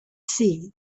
see